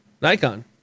Nikon